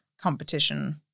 competition